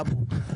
אבו,